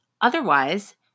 Otherwise